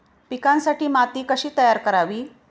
पिकांसाठी माती कशी तयार करावी?